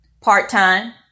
part-time